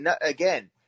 Again